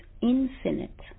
infinite